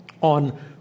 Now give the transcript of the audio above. on